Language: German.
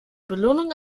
belohnung